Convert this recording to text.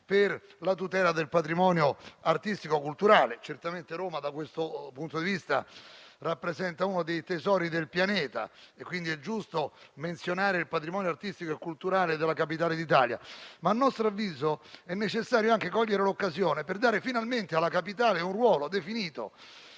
per la tutela del patrimonio artistico e culturale. Certamente Roma da questo punto di vista rappresenta uno dei tesori del pianeta e quindi è giusto menzionare il patrimonio artistico e culturale della Capitale d'Italia. Ma - a nostro avviso - è necessario anche cogliere l'occasione per dare finalmente alla Capitale un ruolo definito,